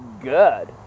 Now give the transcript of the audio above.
good